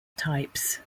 types